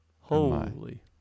Holy